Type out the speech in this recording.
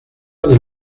del